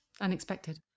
unexpected